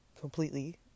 completely